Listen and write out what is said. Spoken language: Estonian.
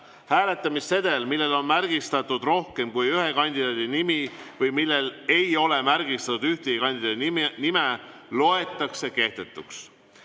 Hääletamissedel, millel on märgistatud rohkem kui ühe kandidaadi nimi või ei ole märgistatud ühegi kandidaadi nime, loetakse kehtetuks.